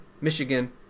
Michigan